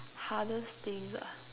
hardest things ah